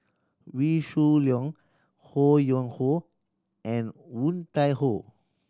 Wee Shoo Leong Ho Yuen Hoe and Woon Tai Ho